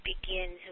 begins